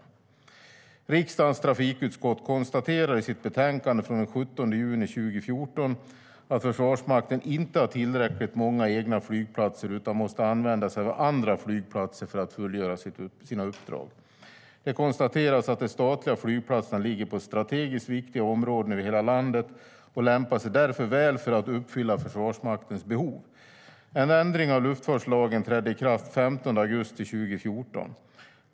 En ändring av luftfartslagen trädde i kraft den 15 augusti 2014.